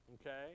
Okay